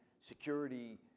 security